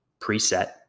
preset